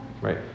right